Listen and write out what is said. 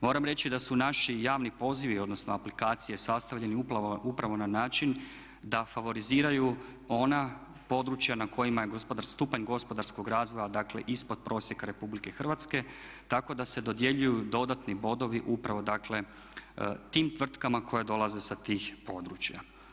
Moram reći da su naši javni pozivi, odnosno aplikacije sastavljeni upravo na način da favoriziraju ona područja na kojima je stupanj gospodarskog razvoja dakle ispod prosjeka RH tako da se dodjeljuju dodatni bodovi upravo dakle tim tvrtkama koje dolaze sa tih područja.